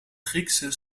griekse